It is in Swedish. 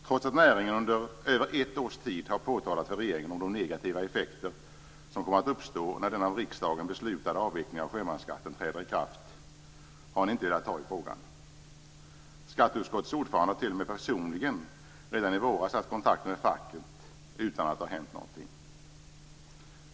Trots att näringen under över ett års tid för regeringen har påtalat de negativa effekter som kommer att uppstå när den av riksdagen beslutade avvecklingen av sjömansskatten träder i kraft har ni inte velat ta i frågan. Skatteutskottets ordförande har t.o.m. personligen redan i våras haft kontakter med facket utan att det har hänt något.